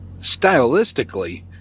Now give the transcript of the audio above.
Stylistically